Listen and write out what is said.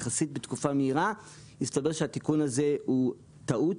יחסית מהר הסתבר שהתיקון הזה הוא בעצם טעות,